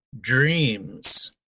dreams